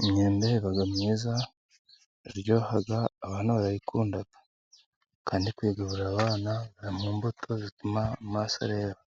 Imyembe iba myiza iranaryoha. Abana barayikunda kandi kuyigaburira abana iba mu mbuto zituma amaso areba.